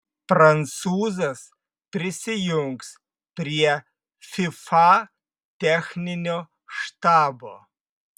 prancūzas prisijungs prie fifa techninio štabo